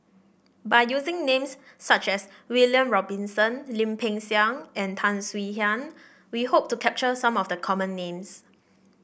by using names such as William Robinson Lim Peng Siang and Tan Swie Hian we hope to capture some of the common names